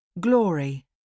Glory